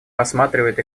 рассматривает